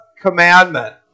commandment